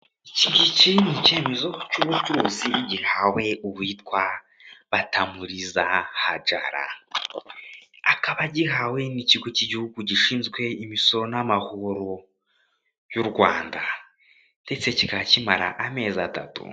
Iki ngiki ni icyemezo cy'ubucuruzi gihawe uwitwa Batamuriza Hadjara, akaba agihawe n'ikigo cy'igihugu gishinzwe imisoro n'amahoro y'u Rwanda ndetse kikaba kimara amezi atatu.